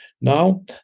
now